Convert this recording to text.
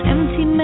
Empty